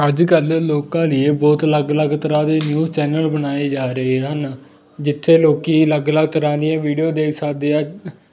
ਅੱਜ ਕੱਲ੍ਹ ਲੋਕਾਂ ਨੇ ਬਹੁਤ ਅਲੱਗ ਅਲੱਗ ਤਰ੍ਹਾਂ ਦੇ ਨਿਊਜ਼ ਚੈਨਲ ਬਣਾਏ ਜਾ ਰਹੇ ਹਨ ਜਿੱਥੇ ਲੋਕ ਅਲੱਗ ਅਲੱਗ ਤਰ੍ਹਾਂ ਦੀਆਂ ਵੀਡੀਓ ਦੇਖ ਸਕਦੇ ਆ